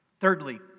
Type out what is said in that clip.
Thirdly